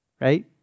Right